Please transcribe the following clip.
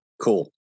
Cool